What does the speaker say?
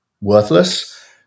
worthless